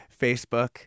Facebook